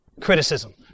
criticism